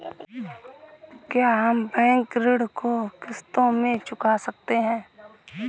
क्या हम बैंक ऋण को किश्तों में चुका सकते हैं?